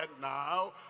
now